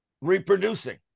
Reproducing